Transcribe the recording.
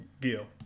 Gil